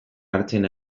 hartzen